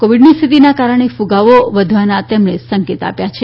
કોવિડની સ્થિતિના કારણે કુગાવો વધવાના તેમણે સંકેત આપ્યા છે